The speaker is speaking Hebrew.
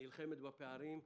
נלחמת בפערים,